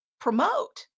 promote